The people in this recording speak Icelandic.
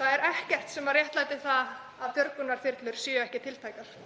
Það er ekkert sem réttlætir það að björgunarþyrlur séu ekki tiltækar.